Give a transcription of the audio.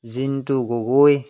Jintu Gogoi